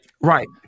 Right